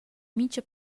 mincha